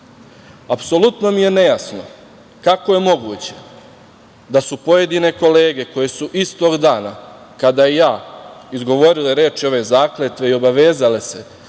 Apsolutno mi je nejasno kako je moguće da su pojedine kolege, koje su istog dana kada i ja, izgovorile reči ove zakletve i obavezale se